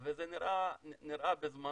אבל זה נראה בזמנו